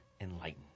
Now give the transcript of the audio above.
enlightened